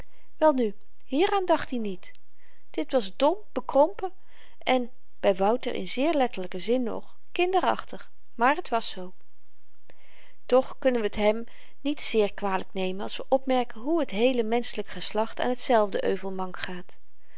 welnu hieraan dacht i niet dit was dom bekrompen en by wouter in zeer letterlyken zin nog kinderachtig maar t was zoo toch kunnen we t hèm niet zeer kwalyk nemen als we opmerken hoe t heele menschelyk geslacht aan tzelfde euvel mank gaat